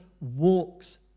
walks